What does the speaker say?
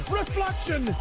reflection